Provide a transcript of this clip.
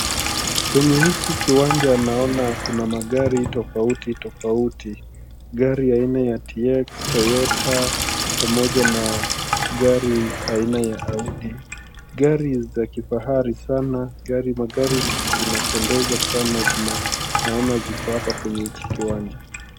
Kwenye hichi kiwanja naona kuna magari tofauti tofauti gari aina ya tx , Toyota pamoja na gari aina ya audi gari za kifahari sana magari zinapendeza sana naona ziko hapa kwenye hichi kiwanja .